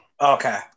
Okay